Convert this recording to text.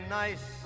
nice